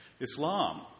Islam